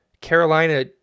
Carolina